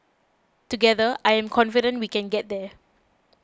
together I am confident we can get there